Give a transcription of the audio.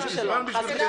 יש לי זמן בשבילכם.